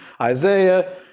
Isaiah